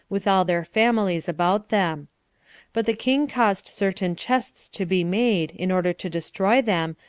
with all their families about them but the king caused certain chests to be made, in order to destroy them,